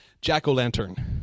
jack-o'-lantern